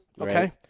Okay